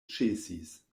ĉesis